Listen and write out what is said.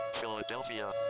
Philadelphia